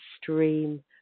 stream